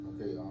Okay